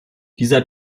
dieser